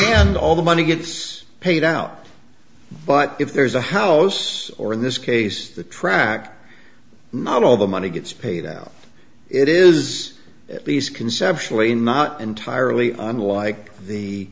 and all the money gets paid out but if there is a house or in this case the track not all the money gets paid out it is at least conceptually not entirely unlike the